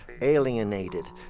alienated